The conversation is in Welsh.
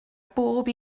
bob